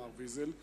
אמר ויזל,